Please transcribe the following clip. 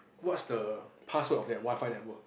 what's the password of that Wi-Fi network